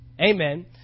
Amen